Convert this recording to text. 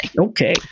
Okay